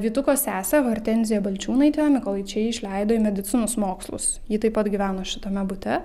vytuko sesę hortenziją balčiūnaitę mykolaičiai išleido į medicinos mokslus ji taip pat gyveno šitame bute